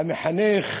המחנך